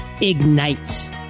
ignite